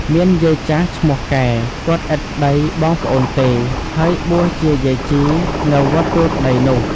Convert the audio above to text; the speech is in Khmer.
មានយាយចាស់ឈ្មោះកែ គាត់ឥតប្ដី-បងប្អូនទេ ហើយបួសជាយាយជី នៅវត្តទួលក្ដីនោះ ។